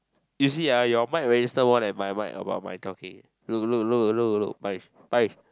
you see ah your mic register more than mine but about my talking look look look Paish Paish